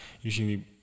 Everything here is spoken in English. usually